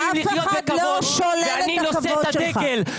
אף אחד לא שולל את הכבוד שלך.